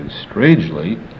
Strangely